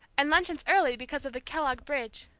and luncheon's early because of the kellogg bridge.